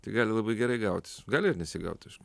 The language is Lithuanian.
tai gali labai gerai gautis gali ir nesigaut